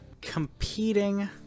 competing